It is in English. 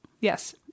Yes